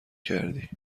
کردی